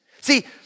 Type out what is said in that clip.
See